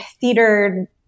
theater